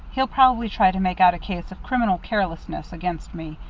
he'll probably try to make out a case of criminal carelessness against me,